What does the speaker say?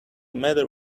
matter